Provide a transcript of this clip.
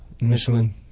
Michelin